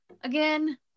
again